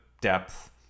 depth